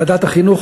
ועדת החינוך,